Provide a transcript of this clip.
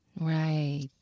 Right